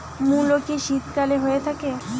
মূলো কি শীতকালে হয়ে থাকে?